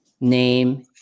name